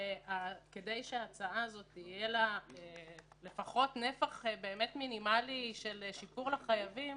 כדי שלהצעה הזאת יהיה לפחות נפח מינימלי של שיפור לחייבים,